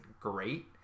great